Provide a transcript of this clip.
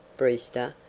brewster,